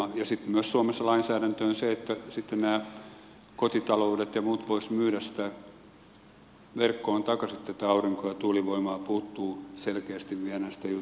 ja sitten myös suomessa lainsäädäntö on se että se että nämä kotitaloudet ja muut voisivat myydä verkkoon takaisin tätä aurinko ja tuulivoimaa puuttuu selkeästi vielä näistä jutuista